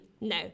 No